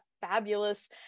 fabulous